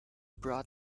brought